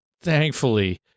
thankfully